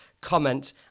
comment